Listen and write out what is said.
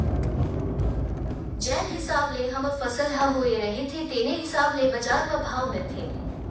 जेन हिसाब ले हमर फसल ह होए रहिथे तेने हिसाब ले बजार म भाव मिलथे